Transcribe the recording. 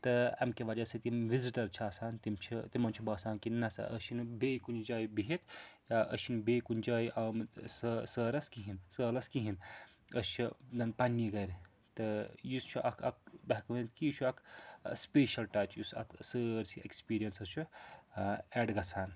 تہٕ اَمہِ کہِ وجہ سۭتۍ یِم وِزِٹَر چھِ آسان تِم چھِ تِمَن چھُ باسان کہِ ن سا أسۍ چھِنہٕ بیٚیہِ کُنہِ جایہِ بِہِتھ یا أسۍ چھِنہٕ بیٚیہِ کُنہِ جایہِ آمٕتۍ سٲ سٲرَس کِہیٖنۍ سٲلَس کِہیٖنۍ أسۍ چھِ زَن پَننی گَرِ تہٕ یہِ چھُ اَکھ بہٕ ہٮ۪کہٕ ؤنِتھ کہِ یہِ چھُ اَکھ سٕپیشَل ٹَچ یُس اَتھ سٲرسٕے اٮ۪کٕسپیٖریَنسَس چھُ اٮ۪ڈ گژھان